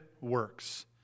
works